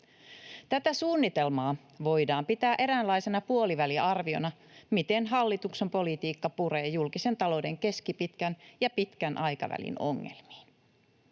Tätä suunnitelmaa voidaan pitää eräänlaisena puoliväliarviona, miten hallituksen politiikka puree julkisen talouden keskipitkän ja pitkän aikavälin ongelmiin.